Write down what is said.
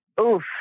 Oof